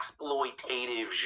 exploitative